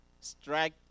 strike